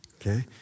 okay